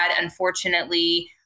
unfortunately